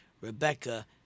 Rebecca